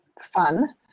fun